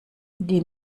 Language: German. die